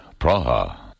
Praha